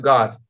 God